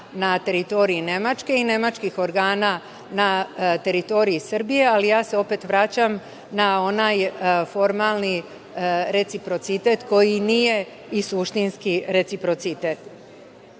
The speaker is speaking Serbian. na teritoriji Nemačke i nemačkih organa na teritoriji Srbije, ali ja se opet vraćam na onaj formalni reciprocitet koji nije i suštinski reciprocitet. Mislim